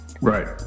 Right